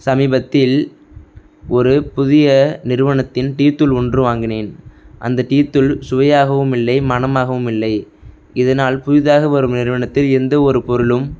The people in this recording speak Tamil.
சமீபத்தில் ஒரு புதிய நிறுவனத்தின் டீ தூள் ஒன்று வாங்கினேன் அந்த டீ தூள் சுவையாகவும் இல்லை மணமாகவும் இல்லை இதனால் புதிதாக வரும் நிறுவனத்தில் எந்த ஒரு பொருளும்